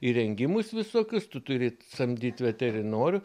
įrengimus visokius tu turi samdyt veterinorių